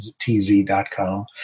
T-Z.com